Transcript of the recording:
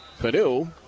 Padu